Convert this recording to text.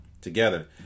together